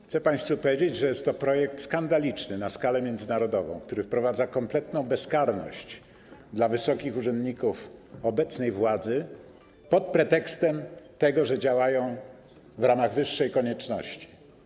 Chcę państwu powiedzieć, że jest to projekt skandaliczny na skalę międzynarodową, który wprowadza kompletną bezkarność dla wysokich urzędników obecnej władzy pod pretekstem tego, że działają w ramach wyższej konieczności.